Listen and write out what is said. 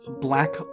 black